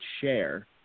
share